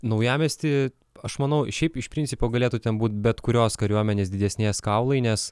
naujamiesty aš manau šiaip iš principo galėtų ten būt bet kurios kariuomenės didesnės kaulai nes